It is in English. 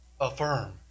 affirm